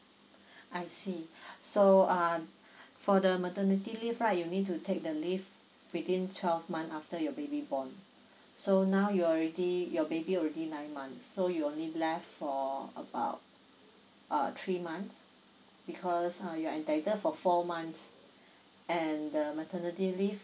I see so uh for the maternity leave right you need to take the leave within twelve month after your baby born so now you already your baby already nine month so you only left for about uh three months because uh you are entitled for four months and the maternity leave